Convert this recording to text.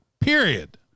period